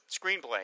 screenplay